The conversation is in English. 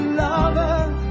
lover